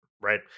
right